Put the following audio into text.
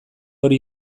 hori